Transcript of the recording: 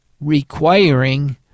requiring